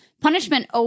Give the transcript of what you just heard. punishment